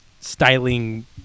styling